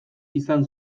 izan